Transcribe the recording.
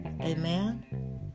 Amen